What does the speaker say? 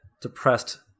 depressed